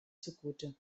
zugute